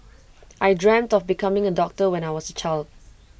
I dreamt of becoming A doctor when I was A child